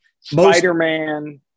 Spider-Man